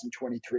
2023